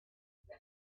there